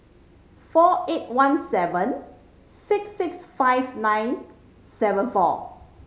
four eight one seven six six five nine seven four